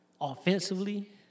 offensively